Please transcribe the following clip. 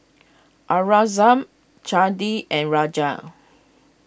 Aurangzeb Chandi and Raja